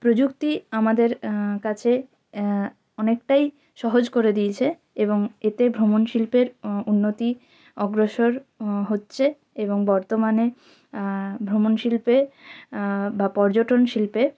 প্রযুক্তি আমাদের কাছে অনেকটাই সহজ করে দিয়েছে এবং এতে ভ্রমণ শিল্পের উন্নতি অগ্রসর হচ্ছে এবং বর্তমানে ভ্রমণ শিল্পে বা পর্যটন শিল্পে